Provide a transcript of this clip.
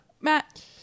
Matt